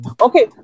Okay